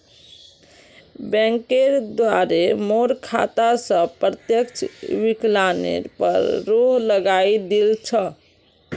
बैंकेर द्वारे मोर खाता स प्रत्यक्ष विकलनेर पर रोक लगइ दिल छ